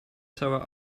server